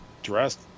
dressed